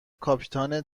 کاپیتان